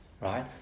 right